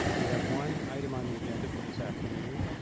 we have one item on the agenda for this afternoon.